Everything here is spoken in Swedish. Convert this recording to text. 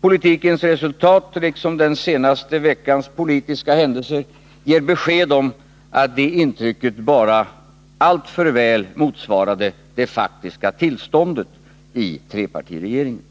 Politikens resultat liksom den senaste veckans politiska händelser ger besked om att det intrycket bara alltför väl motsvarade det faktiska tillståndet i trepartiregeringen.